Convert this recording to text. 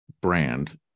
brand